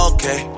Okay